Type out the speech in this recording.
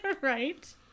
Right